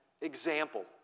example